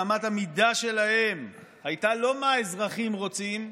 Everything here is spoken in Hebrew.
שאמת המידה שלהם הייתה לא מה האזרחים רוצים,